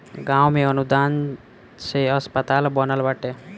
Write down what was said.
गांव में अनुदान से अस्पताल बनल बाटे